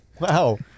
Wow